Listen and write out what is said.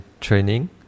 training